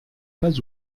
pas